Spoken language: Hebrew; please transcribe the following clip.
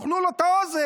תאכלו לו את האוזן.